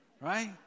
Right